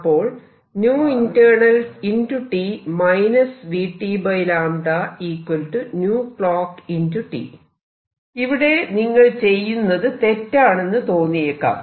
അപ്പോൾ ഇവിടെ നിങ്ങൾ ചെയ്യുന്നത് തെറ്റാണെന്നു തോന്നിയേക്കാം